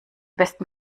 besten